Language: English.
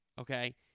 Okay